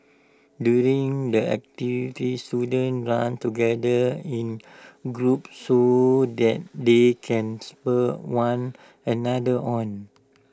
during the activity students run together in groups so that they can spur one another on